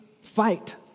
Fight